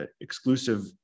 exclusive